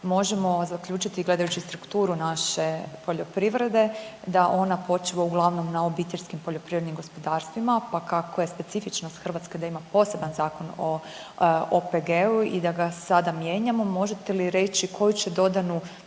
Možemo zaključiti gledajući strukturu naše poljoprivrede da ona počiva uglavnom na OPG-ovima, pa kako je specifičnost Hrvatske da ima poseban Zakon o OPG-u i da ga sada mijenjamo, možete li reći koju će dodanu